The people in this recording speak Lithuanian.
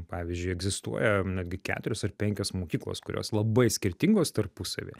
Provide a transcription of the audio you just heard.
pavyzdžiui egzistuoja netgi keturios ar penkios mokyklos kurios labai skirtingos tarpusavyje